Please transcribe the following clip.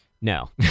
No